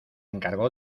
encargó